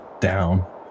Down